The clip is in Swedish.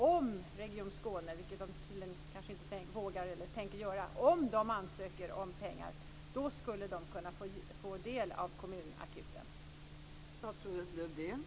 Om Region Skåne - vilket man kanske inte vågar/tänker göra - ansöker om pengar, då skulle man kunna få medel från kommunakuten?